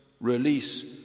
release